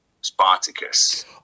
spartacus